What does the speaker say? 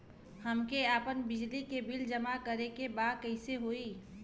हमके आपन बिजली के बिल जमा करे के बा कैसे होई?